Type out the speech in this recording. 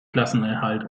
klassenerhalt